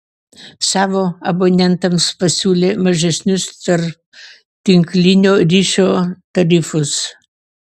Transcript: savo abonentams pasiūlė mažesnius tarptinklinio ryšio tarifus